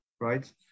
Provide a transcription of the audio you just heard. Right